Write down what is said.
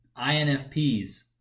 INFPs